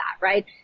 right